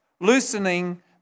loosening